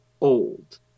old